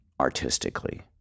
artistically